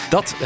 Dat